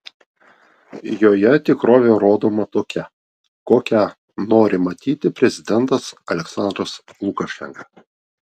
joje tikrovė rodoma tokia kokią nori matyti prezidentas aliaksandras lukašenka